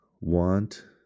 want